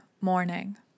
morning